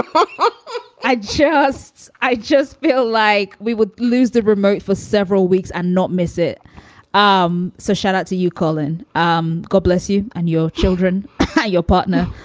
but i just i just feel like we would lose the remote for several weeks and not miss it um so shout out to you, colin. um god bless you and your children, your partner.